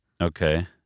Okay